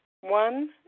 One